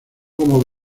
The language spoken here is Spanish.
como